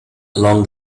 along